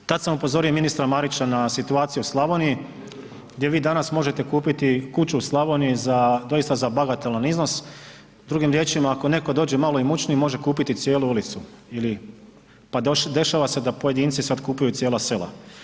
Tad sam upozorio i ministra Marića na situaciju u Slavoniji gdje vi danas možete kupiti kuću u Slavoniji za, doista za bagatelan iznos, drugim riječima ako netko dođe malo imućniji može kupiti cijelu ulicu ili, pa dešava se da pojedinci sad kupuju cijela sela.